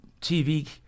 TV